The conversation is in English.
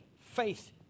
faith